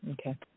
Okay